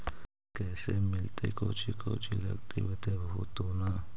कैसे मिलतय कौची कौची लगतय बतैबहू तो न?